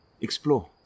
Explore